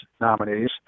nominees